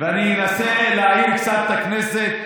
אני אנסה להעיר קצת את הכנסת,